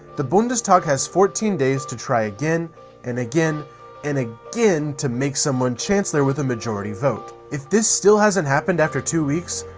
the bundestag has fourteen days to try again and again and again to make someone chancellor with a majority vote. if this still hasn't happened after two weeks,